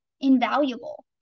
invaluable